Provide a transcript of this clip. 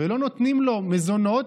ולא נותנים לו מזונות,